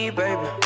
baby